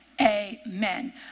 Amen